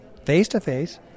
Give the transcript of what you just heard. face-to-face